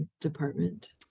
department